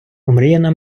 омріяна